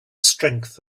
strength